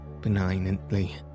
benignantly